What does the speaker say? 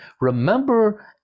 Remember